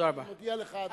אני מודיע לך, תודה רבה.